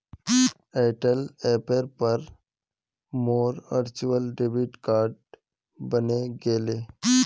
Airtel ऐपेर पर मोर वर्चुअल डेबिट कार्ड बने गेले